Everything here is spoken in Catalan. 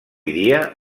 dia